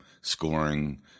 scoring